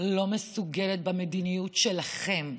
לא מסוגלת, במדיניות שלכם,